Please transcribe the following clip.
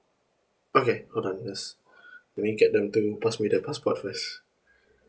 okay hold on just let me get them to pass me the passport first